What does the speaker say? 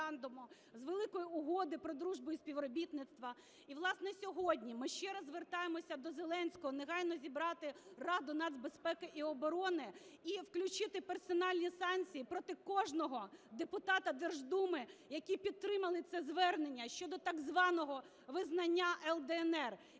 з Великої угоди про дружбу і співробітництво. І, власне, сьогодні ми ще раз звертаємося до Зеленського негайно зібрати Раду нацбезпеки і оборони і включити персональні санкції проти кожного депутата Держдуми, які підтримали це звернення щодо так званого визнання "Л/ДНР",